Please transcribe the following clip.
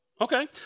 Okay